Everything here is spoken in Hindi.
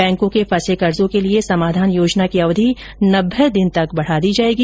बैंकों के फंसे कर्जो के लिए समाधान योजना की अवधि नब्बे दिन तक बढा दी जाएगी